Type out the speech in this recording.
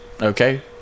Okay